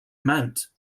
amount